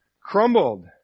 crumbled